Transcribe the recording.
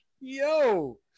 Yo